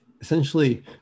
essentially